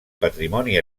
patrimoni